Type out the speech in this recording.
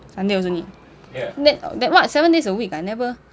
sunday also need then then what seven days a week ah never